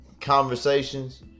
conversations